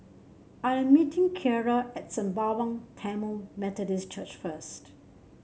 I am meeting Kiarra at Sembawang Tamil Methodist Church first